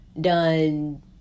done